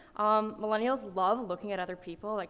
um, millennials love looking at other people. like,